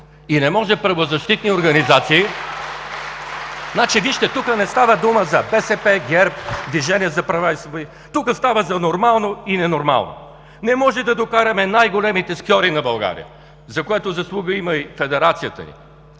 и не може правозащитни организации… (Ръкопляскания от ГЕРБ и ОП.) Вижте, тук не става дума за БСП, ГЕРБ, Движението за права и свободи, тук става дума за нормално и ненормално. Не може да докараме най-големите скиори на България, за което заслуга има и Федерацията ни,